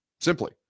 Simply